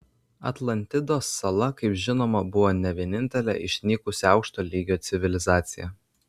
atlantidos sala kaip žinoma buvo ne vienintelė išnykusi aukšto lygio civilizacija